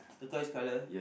turquoise colour